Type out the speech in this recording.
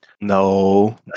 no